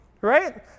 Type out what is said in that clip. Right